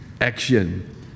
action